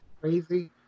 Crazy